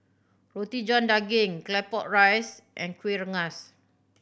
Roti John Daging Claypot Rice and Kueh Rengas